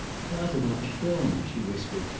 father will kill me, she whispered.